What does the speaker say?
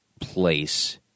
place